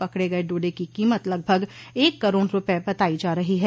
पकड़े गये डोडे की कीमत लगभग एक करोड़ रूपये बतायी जा रही है